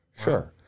Sure